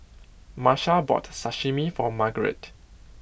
Marsha bought Sashimi for Margarete